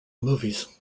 movies